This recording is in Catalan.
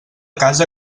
casa